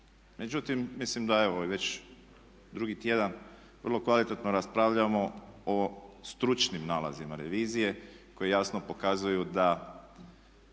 Međutim, mislim da evo već i drugi tjedan vrlo kvalitetno raspravljamo o stručnim nalazima revizije koji jasno pokazuju da